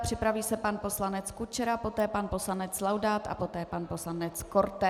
Připraví se pan poslanec Kučera, poté pan poslanec Laudát a poté pan poslanec Korte.